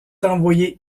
envoyé